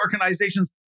organizations